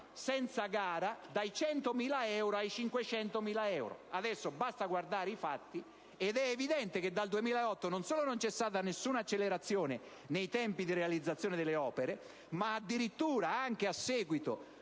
senza gara dai 100.000 euro ai 500.000 euro. Basta guardare i fatti ed è evidente che dal 2008 non solo non c'è stata alcuna accelerazione nei tempi di realizzazione delle opere, ma addirittura, anche a seguito